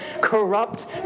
corrupt